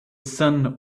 son